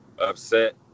upset